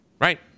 Right